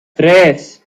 tres